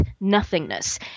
nothingness